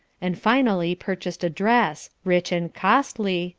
and finally purchased a dress, rich and costly,